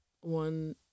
one